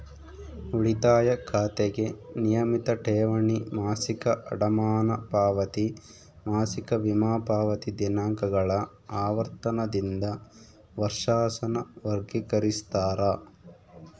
ಉಳಿತಾಯ ಖಾತೆಗೆ ನಿಯಮಿತ ಠೇವಣಿ, ಮಾಸಿಕ ಅಡಮಾನ ಪಾವತಿ, ಮಾಸಿಕ ವಿಮಾ ಪಾವತಿ ದಿನಾಂಕಗಳ ಆವರ್ತನದಿಂದ ವರ್ಷಾಸನ ವರ್ಗಿಕರಿಸ್ತಾರ